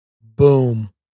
Boom